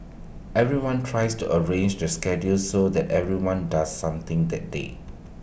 everyone tries to arrange to schedules so that everyone does something that day